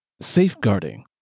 safeguarding